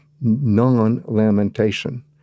non-lamentation